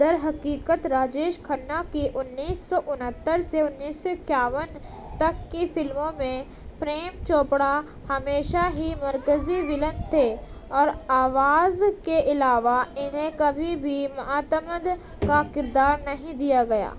درحقیقت راجیش کھنا کی انیس سو انہتر سے انیس سو اکیاون تک کی فلموں میں پریم چوپڑا ہمیشہ ہی مرکزی ولن تھے اور آواز کے علاوہ انہیں کبھی بھی معتمد کا کردار نہیں دیا گیا